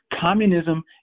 communism